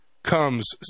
comes